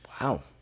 Wow